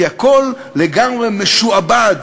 כי הכול לגמרי משועבד